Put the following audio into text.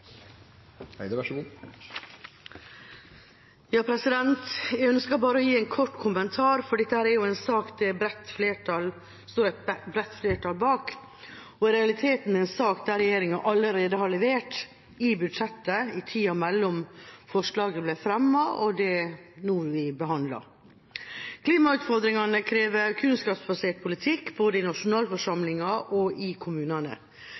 en sak som det står et bredt flertall bak, og i realiteten en sak der regjeringa allerede har levert i budsjettet i tida mellom forslaget ble fremmet, og det nå blir behandlet. Klimautfordringene krever kunnskapsbasert politikk både i nasjonalforsamlinga og i kommunene,